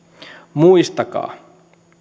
muistakaa